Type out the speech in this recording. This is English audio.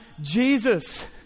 Jesus